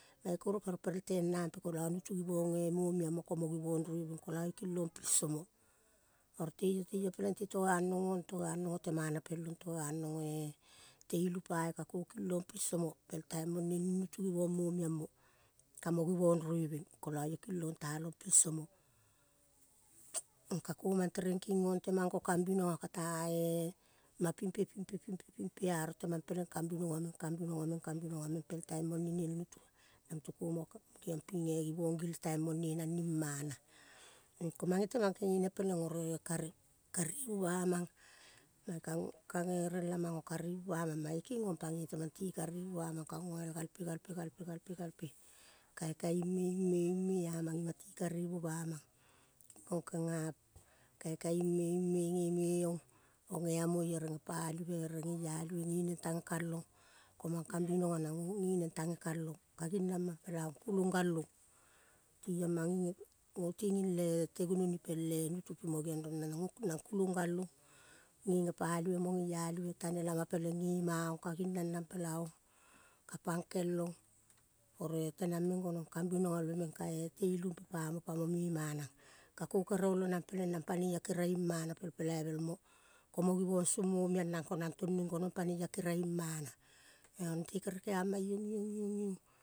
kere ten nampe koal nutu givong e momiang mo komo givong rueveng kola io kilong pilso mo. Ro teio, teio peleng te to aneng ong to anong ote mana pelong to anong oe te ilu paio kako kilong pilso pel taim mone ning nutu givong momiang mo kamo givong rueveng kola io kilong talong pilso mo. kako mang tereng kingong temang ko kambinoga katae ma pimpe, pimpe, pimpe, pimpea oro temang peleng kambinoga meng kambinoga meng, kambinoga meng piel taim mone niel nutua na mutiko geong pinge givong gil taim mone nang ni mana. ko mange temang kengene oroe kari. Karivu bamang, manga kango, kange relamango karivu bamang mae kingong pangoi temang ti karivu bamang ka ngoal galpe, gaple, galpe, galpe, galpe. Kaikai ime, ime, ime amang ti karivu bamang. Kingong kenga kaikai ime, iem ngeme ong. Ongeamoi ere ngepalive ere ngeialive ngenge tange kalong. Komang kambinoga nango ngenge ka ginamang pelang kulong galong tiong mange nge ngo tingi le te gunoni piele nutu pimo geong rong nang kulong galong nge ngepalive mo ngeialive tane lama peleng ngema ong, ka ginanang pelaong, ka pangkel. Oroe teneng meng gonong. Kimbinogalve meng kae te ilu mpe pamo. Pamo mema nang kako kere olo nang peleng nang panoi a keria ing mana pel pelaivel mo. Komo givong song mo mianang konang toneng gonong panei akeria imana. te kere keama iong, iong, iong, iong.